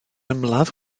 ymladd